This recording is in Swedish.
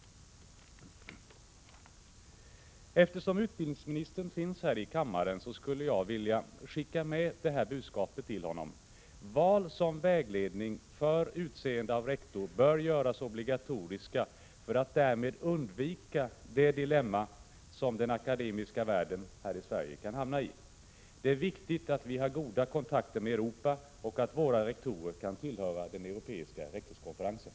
Eftersom utbildningsministern finns här i kammaren skulle jag vilja rikta det här budskapet till honom: Val som vägledning för utseende av rektor bör göras obligatoriska för att därmed undvika det dilemma som den akademiska världen kan hamnai. Det är viktigt att vi har goda kontakter med Europa och att våra rektorer kan tillhöra Europeiska rektorskonferensen.